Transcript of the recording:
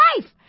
life